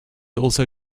also